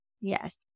yes